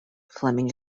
fleming